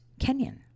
Kenyan